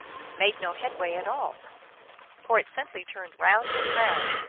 made no headway at all for it simply turned round and round,